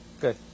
Good